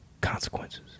consequences